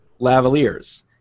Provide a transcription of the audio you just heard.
lavaliers